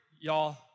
y'all